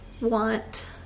want